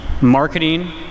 marketing